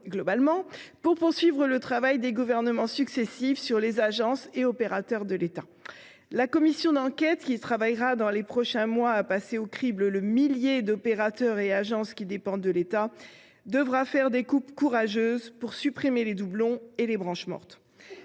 globalement, il s’agira de poursuivre le travail des gouvernements successifs sur les agences et opérateurs de l’État. La commission d’enquête qui passera au crible dans les prochains mois le millier d’opérateurs et d’agences qui dépendent de l’État devra faire des coupes courageuses pour supprimer les doublons et les branches mortes.